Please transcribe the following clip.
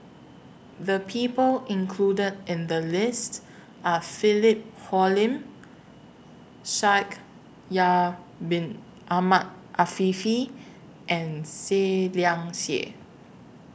The People included in The list Are Philip Hoalim Shaikh Yahya Bin Ahmed Afifi and Seah Liang Seah